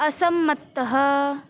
असम्मतः